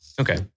Okay